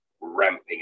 ramping